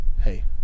Hey